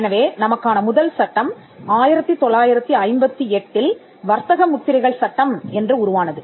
எனவே நமக்கான முதல் சட்டம் 1958இல் வர்த்தக முத்திரைகள் சட்டம் என்று உருவானது